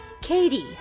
Katie